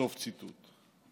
סוף ציטוט.